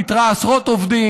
פיטרה עשרות עובדים,